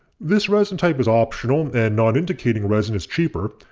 this resin type is optional and non-indicating resin is cheaper.